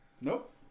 Nope